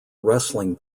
wrestling